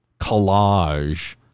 collage